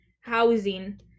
housing